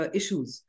issues